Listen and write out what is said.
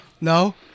No